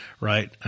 right